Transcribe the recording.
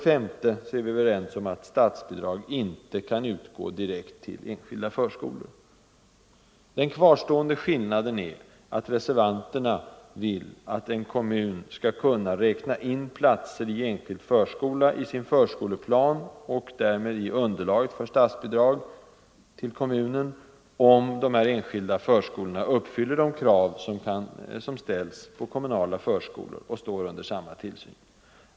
Den kvarstående skillnaden är att reservanterna vill att en kommun skall kunna räkna in platser i enskild förskola i sin förskoleplan, och därmed i underlaget för statsbidrag till kommunen, om denna enskilda förskola uppfyller de krav som ställs på kommunala förskolor och står under samma tillsyn.